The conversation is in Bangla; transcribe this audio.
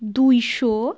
দুশো